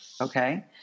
okay